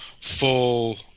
full